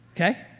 Okay